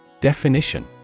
Definition